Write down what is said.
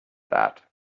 that